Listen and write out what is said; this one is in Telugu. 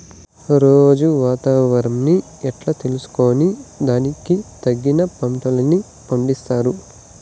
రోజూ వాతావరణాన్ని ఎట్లా తెలుసుకొని దానికి తగిన పంటలని పండిస్తారు?